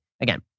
Again